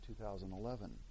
2011